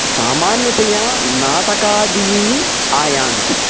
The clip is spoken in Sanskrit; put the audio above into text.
सामान्यतया नाटकादीनि आयान्ति